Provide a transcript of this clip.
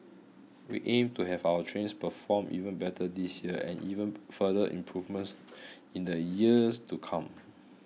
we aim to have our trains perform even better this year and even further improvements in the years to come